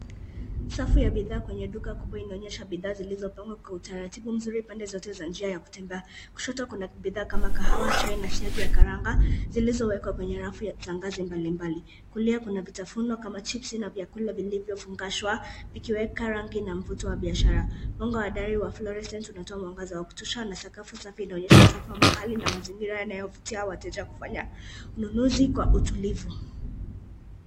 Safu ya bidhaa kwenye duka kubwa inaonyesha bidhaa zilizopangwa kwa utaratibu mzuri pande zote za njia za kutembea. Kushoto kuna bidhaa kama kahawa, chai na siagi ya karanga zilizowekwa kwenye rafu za ngazi mbalimbali. Kulia kuna vitafuno kama chipsi na vyakula vilivyofungashwa vikiweka rangi na mvuto wa biashara. Mwanga wa dari wa flourescent unatoa mwangaza wa kutosha na sakafu safi unaonyesha usafi wa mahali na mazingira yanayovutia wateje kufanya ununuzi kwa utulivu.